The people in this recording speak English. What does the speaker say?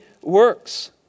works